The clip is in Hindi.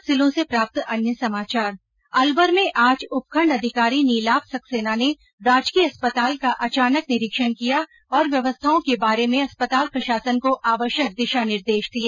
अब जिलों से प्राप्त अन्य समाचार अलवर में आज उपखण्ड अधिकारी नीलाभ सक्सैना ने राजकीय अस्पताल का अचानक निरीक्षण किया और व्यवस्थाओं के बारे में अस्पताल प्रशासन को आवश्यक दिशा निर्देश दिए